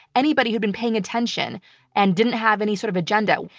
anybody who'd been paying attention and didn't have any sort of agenda,